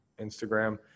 Instagram